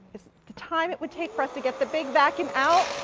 the time it would take for us to get the big vacuum out,